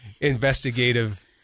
investigative